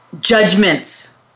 judgments